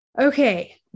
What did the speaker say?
Okay